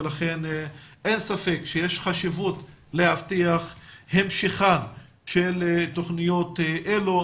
ולכן אין ספק שיש חשיבות להבטיח את המשכן של תוכניות אלו.